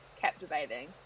Captivating